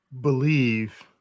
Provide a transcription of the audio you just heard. believe